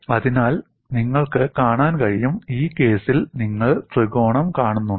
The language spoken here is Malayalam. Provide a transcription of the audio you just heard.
അതിനാൽ നിങ്ങൾക്ക് കാണാൻ കഴിയും ഈ കേസിൽ നിങ്ങൾ ത്രികോണം കാണുന്നുണ്ടോ